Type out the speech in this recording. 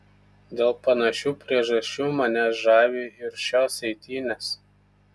dėl panašių priežasčių mane žavi ir šios eitynės